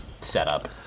setup